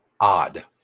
odd